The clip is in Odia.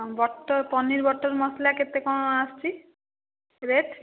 ବଟର୍ ପନିର୍ ବଟର୍ ମସଲା କେତେ କ'ଣ ଆସୁଛି ରେଟ୍